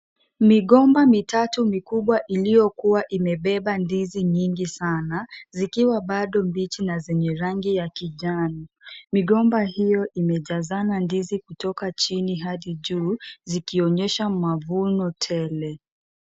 Migomba mitatu mikubwa iliyokuwa imebeba ndizi nyingi sana zikiwa bado mbichi na zenye rangi ya kijani. Migomba hiyo imejazana ndizi kutoka chini hadi juu zikionyesha mavuno tele